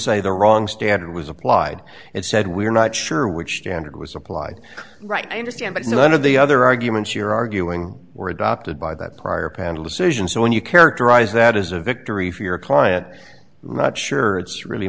say the wrong standard was applied it said we're not sure which standard was applied right i understand but none of the other arguments you're arguing were adopted by that prior panel decision so when you characterize that as a victory for your client i'm not sure it's really